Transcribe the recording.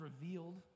Revealed